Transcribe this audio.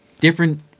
different